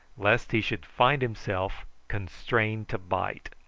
lest he should find himself constrained to bite.